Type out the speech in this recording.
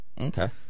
Okay